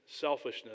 Selfishness